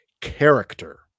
character